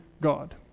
God